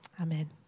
Amen